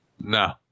No